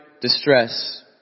distress